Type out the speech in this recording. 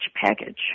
package